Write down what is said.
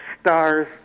stars